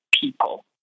people